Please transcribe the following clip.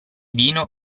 vino